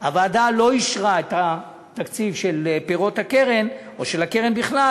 הוועדה לא אישרה את התקציב של פירות הקרן או של הקרן בכלל,